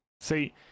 See